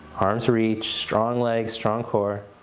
arms reach, strong legs strong core.